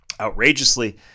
outrageously